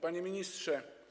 Panie Ministrze!